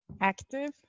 Active